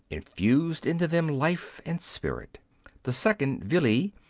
infused into them life and spirit the second, vili,